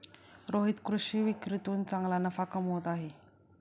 रोहित कृषी विक्रीतून चांगला नफा कमवत आहे